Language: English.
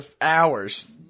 hours